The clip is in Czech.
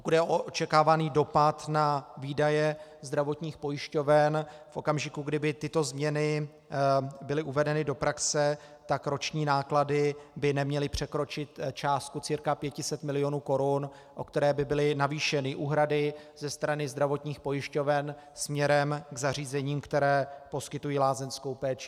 Pokud jde o očekávaný dopad na výdaje zdravotních pojišťoven v okamžiku, kdy by tyto změny byly uvedeny do praxe, tak roční náklady by neměly překročit částku cca 500 milionů korun, o které by byly navýšeny úhrady ze strany zdravotních pojišťoven směrem k zařízením, která poskytují lázeňskou péči.